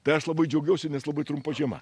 tai aš labai džiaugiausi nes labai trumpa žiema